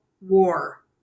war